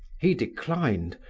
he declined,